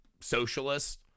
socialist